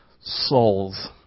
souls